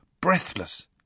breathless